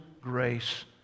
grace